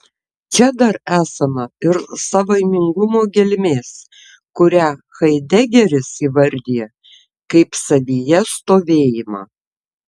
čia dar esama ir savaimingumo gelmės kurią haidegeris įvardija kaip savyje stovėjimą